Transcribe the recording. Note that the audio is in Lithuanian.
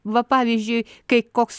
va pavyzdžiui kai koks